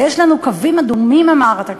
"יש לנו קווים אדומים", אמרת כאן.